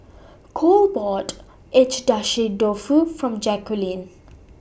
Cole bought Agedashi Dofu For Jacquelynn